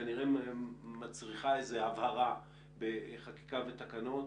כנראה מצריכה איזושהי העברה בחקיקה ותקנות,